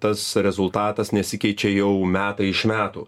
tas rezultatas nesikeičia jau metai iš metų